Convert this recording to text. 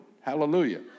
Hallelujah